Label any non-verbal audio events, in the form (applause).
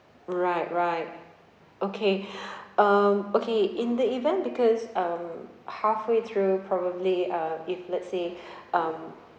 right right okay (breath) um okay in the event because um halfway through probably uh if let's say (breath) um